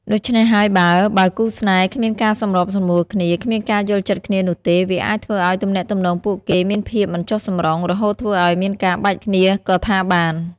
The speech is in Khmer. ដូច្នេះហើយបើ បើគូរស្នេហ៍គ្មានការសម្របសម្រួលគ្នា គ្មានការយល់ចិត្តគ្នានោះទេ វាអាចធ្វើឲ្យទំនាក់ទំនងពួកគេ មានភាពមិនចុះសម្រុង រហូតធ្វើឲ្យមានការបែកគ្នាក៏ថាបាន។